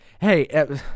hey